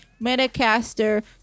metacaster